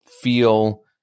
feel